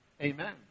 Amen